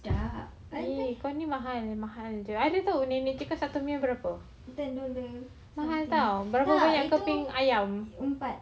ya !aiya! kau ni mahal mahal juga !aiya! tak tahu nenek cakap satu meal berapa [tau] beberapa keping ayam